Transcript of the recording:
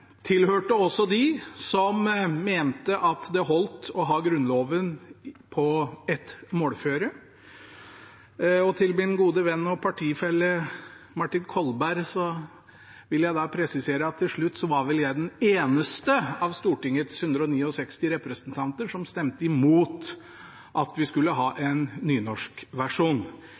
tilhørte også dem som mente at det holdt å ha Grunnloven på én målform, og til min gode venn og partifelle Martin Kolberg vil jeg presisere at jeg til slutt vel var den eneste av Stortingets 169 representanter som stemte imot at vi skulle ha en nynorskversjon. Det var ikke fordi jeg har noe imot nynorsk,